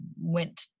went